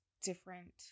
different